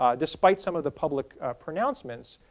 ah despite some of the public pronouncements.